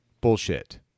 bullshit